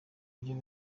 buryo